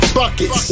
buckets